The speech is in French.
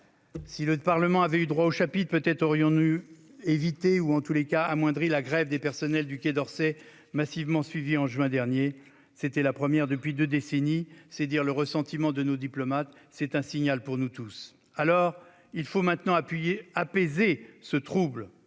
Si le Parlement avait eu voix au chapitre, peut-être aurions-nous évité la grève des personnels du Quai d'Orsay massivement suivie en juin dernier. Il s'agissait de la première depuis deux décennies- c'est dire le ressentiment de nos diplomates. C'est un signal pour nous tous. Ainsi, il nous faut désormais apaiser ce trouble